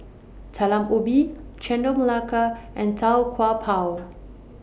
Talam Ubi Chendol Melaka and Tau Kwa Pau